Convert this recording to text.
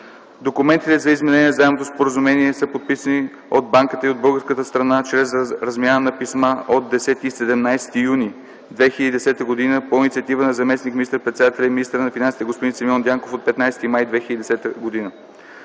Документите за изменение на заемното споразумение са подписани от Банката и от българската страна чрез размяна на писма от 10 и 17 юни 2010 г. по инициатива на заместник министър-председателя и министър на финансите господин Симеон Дянков от 15 май 2010 г.